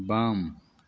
बाम